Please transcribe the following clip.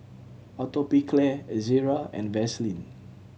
Atopiclair Ezerra and Vaselin